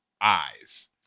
eyes